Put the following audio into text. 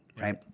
right